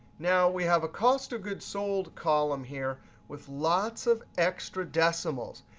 now, we have a cost of goods sold column here with lots of extra decimals.